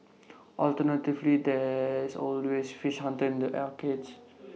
alternatively there's always fish Hunter in the arcades